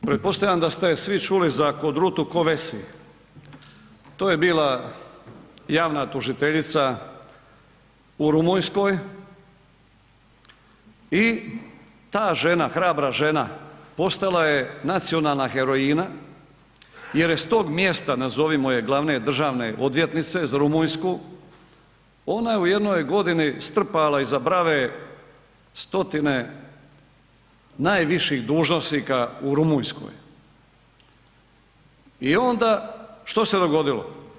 Pretpostavljam da ste svi čuli za Codrutu Kovesi, to je bila javna tužiteljica u Rumunjskoj i ta žena, hrabra žena postala je nacionalna heroina jer je s tog mjesta, nazovimo je glavne državne odvjetnice za Rumunjsku, ona je u jednoj godini strpala iza brave stotine najviših dužnosnika u Rumunjskoj i onda što se dogodilo?